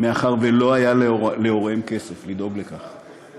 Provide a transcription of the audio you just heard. כיוון שלא היה להוריהם כסף לדאוג לכך.